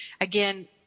again